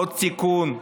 עוד תיקון,